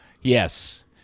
Yes